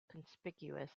conspicuous